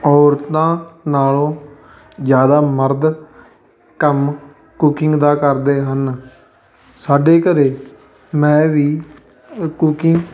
ਔਰਤਾਂ ਨਾਲੋਂ ਜ਼ਿਆਦਾ ਮਰਦ ਕੰਮ ਕੁਕਿੰਗ ਦਾ ਕਰਦੇ ਹਨ ਸਾਡੇ ਘਰ ਮੈਂ ਵੀ ਕੁਕਿੰਗ